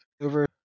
over